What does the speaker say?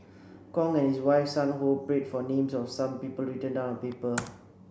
Kong and his wife Sun Ho prayed for names of some people written down on paper